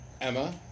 Emma